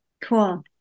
Cool